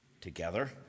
together